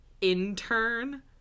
intern